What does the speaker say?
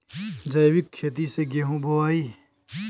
जैविक खेती से गेहूँ बोवाई